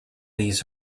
these